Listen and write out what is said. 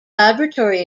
laboratory